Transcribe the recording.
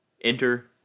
Enter